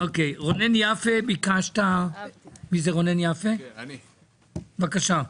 רונן יפה, ביקשת לדבר, בבקשה.